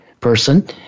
person